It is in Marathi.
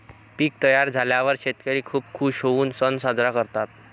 पीक तयार झाल्यावर शेतकरी खूप खूश होऊन सण साजरा करतात